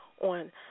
on